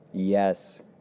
Yes